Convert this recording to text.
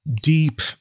deep